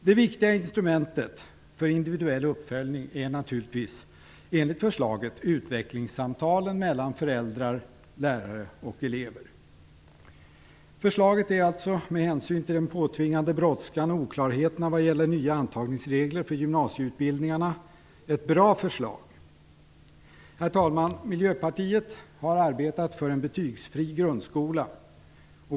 Det viktiga instrumentet för en individuell uppföljning är naturligtvis, enligt förslaget, utvecklingssamtalen mellan föräldrar, lärare och elever. Förslaget är bra, med hänsyn till den påtvingade brådskan och oklarheterna vad gäller nya regler för antagning till gymnasieutbildningarna. Herr talman! Miljöpartiet har arbetat för en betygsfri grundskola.